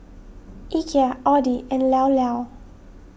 Ikea Audi and Llao Llao